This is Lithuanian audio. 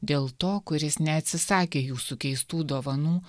dėl to kuris neatsisakė jūsų keistų dovanų